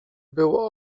był